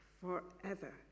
forever